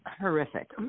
horrific